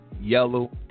yellow